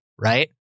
right